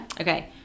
Okay